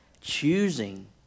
Choosing